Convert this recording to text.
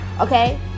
okay